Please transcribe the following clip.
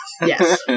Yes